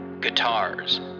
Guitars